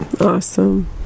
awesome